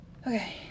Okay